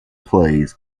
plays